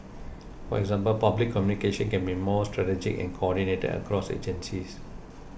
for example public communication can be more strategic and coordinated across agencies